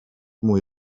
mwy